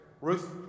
Ruth